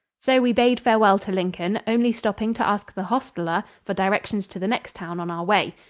so we bade farewell to lincoln, only stopping to ask the hostler for directions to the next town on our way.